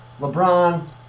LeBron